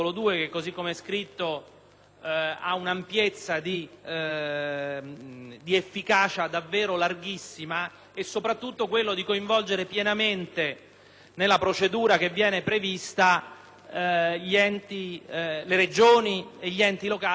eccessivamente ampia, e soprattutto coinvolgere pienamente nella procedura che viene prevista le Regioni e gli enti locali che - come ho detto già in discussione generale e come ha ricordato la collega Bianchi - rischiano di